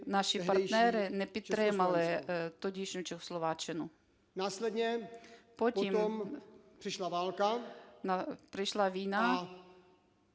наші партнери, не підтримали тодішню Чехословаччину. Потім прийшла війна,